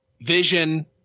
vision